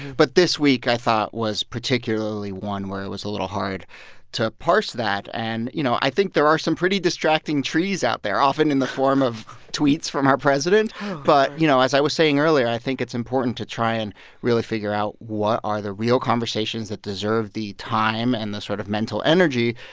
but this week, i thought, was particularly one where it was a little hard to parse that. and, you know, i think there are some pretty distracting trees out there, often in the form of tweets from our president but, you know, as i was saying earlier, i think it's important to try and really figure out, what are the real conversations that deserve the time and the sort of mental energy?